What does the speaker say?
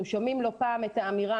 אנחנו שומעים לא פעם את האמירה,